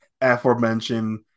aforementioned